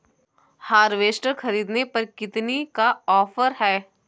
Harvester ख़रीदने पर कितनी का ऑफर है?